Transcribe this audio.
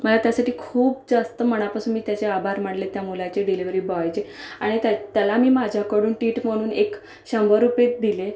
मला त्यासाठी खूप जास्त मनापासून मी त्याचे आभार मानले त्या मुलाचे डिलेवरी बॉयचे आणि त्य त्याला मी माझ्याकडून टीट म्हणून एक शंभर रुपये दिले